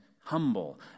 humble